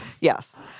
Yes